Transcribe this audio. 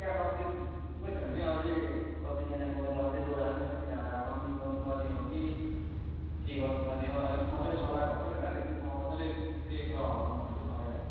कहाँ सब्जी भएकै छैन नि हौ अझै कतिजनाको अझै दोधारमै छ तिनीहरूलाई अब कन्भिन्स गर्नुपर्ने हो कि के गर्नुपर्ने हो अ मजाले सल्लाह भएकै छैन त्यो ग्रुपमा मजाले फेरि एकपल्ट हल्लाउने पर्ने छ हौ सबैलाई